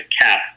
CAP